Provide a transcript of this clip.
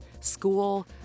school